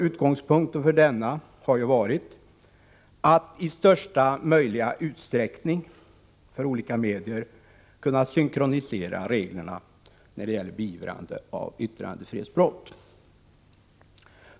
Utgångspunkten för denna har ju varit att i största möjliga utsträckning för olika medier kunna synkronisera reglerna när det gäller beivrande av yttrandefrihetsbrott.